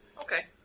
Okay